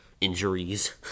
injuries